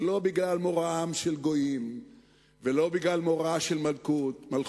לא בגלל מוראם של גויים ולא בגלל מורא של מלכות.